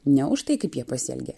ne už tai kaip jie pasielgė